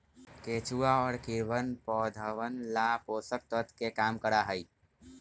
केचुआ और कीड़वन पौधवन ला पोषक तत्व के काम करा हई